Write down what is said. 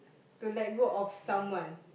to let go of someone